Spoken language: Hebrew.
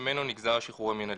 ממנו נגזר השחרור המינהלי.